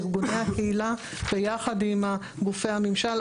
ארגוני הקהילה ביחד עם גופי הממשל,